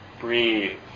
Breathe